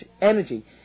energy